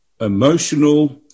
emotional